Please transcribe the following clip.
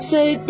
Say